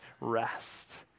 rest